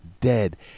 dead